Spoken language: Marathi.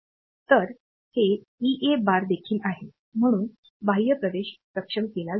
तर हे ईए बार देखील आहे म्हणून बाह्य प्रवेश सक्षम केला जाईल